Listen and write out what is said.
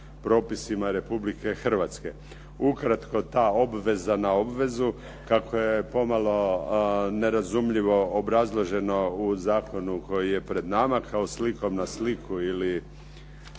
propisima Republike Hrvatske. Ukratko, ta obveza na obvezu kako je pomalo nerazumljivo obrazloženo u zakonu koji je pred nama, kao slikom na sliku ili